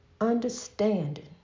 Understanding